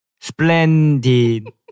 Splendid